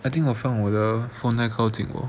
I think 我放我的 phone 太靠近我